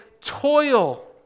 toil